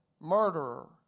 murderer